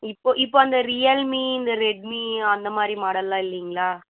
இப்போது இப்போ அந்த ரியல்மீ இந்த ரெட்மீ அந்தமாதிரி மாடலெல்லாம் இல்லைங்களா